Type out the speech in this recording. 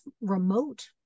remote